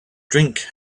drink